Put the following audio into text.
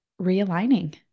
realigning